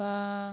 বা